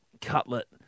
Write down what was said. Cutlet